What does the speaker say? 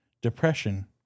depression